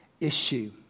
issue